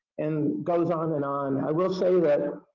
and goes on and on. i will say that in